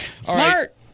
Smart